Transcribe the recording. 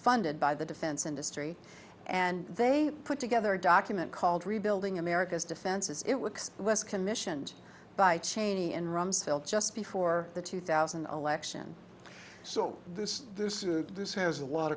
funded by the defense industry and they put together a document called rebuilding america's defenses it works less commissioned by cheney and rumsfeld just before the two thousand election so there's this has a lot